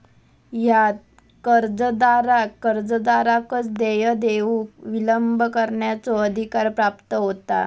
ह्यात कर्जदाराक कर्जदाराकच देय देऊक विलंब करण्याचो अधिकार प्राप्त होता